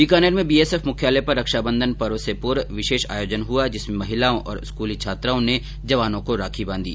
बीकानेर में बीएसएफ मुख्यालय पर रक्षाबंधन पर्व से पूर्व विशेष आयोजन हुआ जिसमें महिलाओं और स्कूली छात्राओं ने जवानों को राखी बांधी